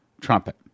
trumpet